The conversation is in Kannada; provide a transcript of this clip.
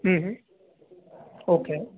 ಹ್ಞೂ ಹ್ಞೂ ಓಕೆ ಓಕೆ